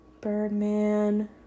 Birdman